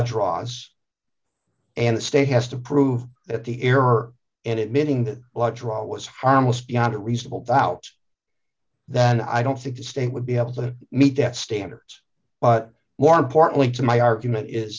draws and state has to prove that the error and it meaning that blood draw was harmless beyond a reasonable doubt than i don't think the state would be able to meet that standards but more importantly to my argument is